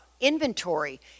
inventory